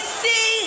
see